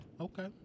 okay